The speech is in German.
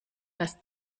das